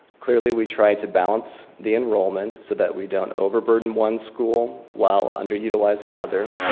clearly we try to balance the enrollment so that we don't overburden one school while under utilize another.